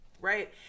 Right